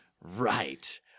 right